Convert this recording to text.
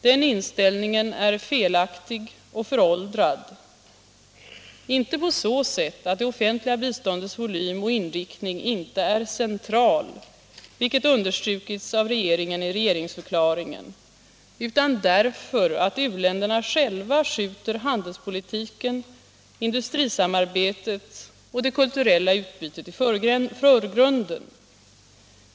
Den inställningen är felaktig och föråldrad, men inte så att det offentliga biståndets volym och inriktning inte är av central betydelse, vilket understrukits i regeringsförklaringen, utan därför att u-länderna själva skjuter handelspolitiken, industrisamarbetet och det kulturella ut Internationellt utvecklingssamar bytet i förgrunden.